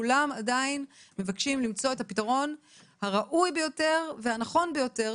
כולם עדיין מבקשים למצוא את הפיתרון הראוי ביותר והנכון ביותר.